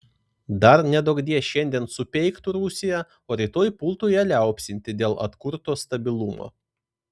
dar neduokdie šiandien supeiktų rusiją o rytoj pultų ją liaupsinti dėl atkurto stabilumo